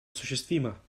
осуществима